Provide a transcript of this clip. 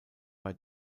bei